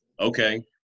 okay